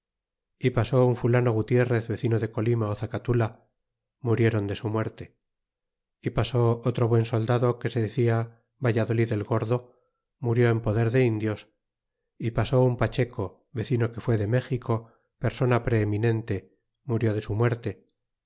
y pasó un fulano gutierrez vecino de colima ó zacatula murieron de su muerte y pasó otro buen soldado que se decía valladolid el gordo murió en poder de indios y pasó un pacheco vecino que fué de méxico persona preeminente murió de su muerte